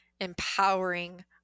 empowering